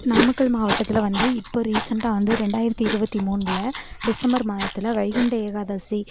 நாமக்கல் மாவட்டத்தில் வந்து இப்போது ரீசென்ட்டாக வந்து ரெண்டாயிரத்தி இருபத்தி மூனில் டிசெம்பர் மாதத்தில் வைகுண்ட ஏகாதசி